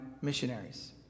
missionaries